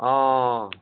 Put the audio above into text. অঁ